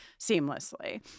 seamlessly